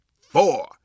four